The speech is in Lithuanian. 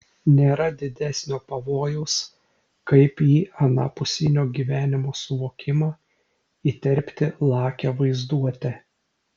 nėra didesnio pavojaus kaip į anapusinio gyvenimo suvokimą įterpti lakią vaizduotę